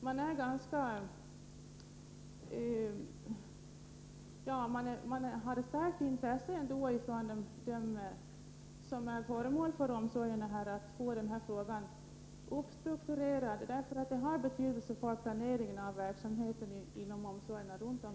Med tanke på dem som är föremål för omsorgen finns det ett starkt intresse av att den här frågan blir avgjord, eftersom detta har betydelse för planeringen av omsorgsverksamheten runt om i landet.